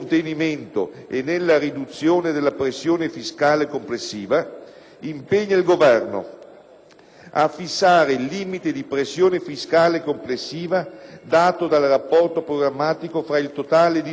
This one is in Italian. a fissare il limite di pressione fiscale complessiva dato dal rapporto programmatico tra il totale di tributi e contributi e il PIL nel Documento di programmazione economico-finanziaria,